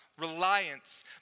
Reliance